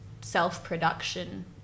self-production